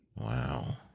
Wow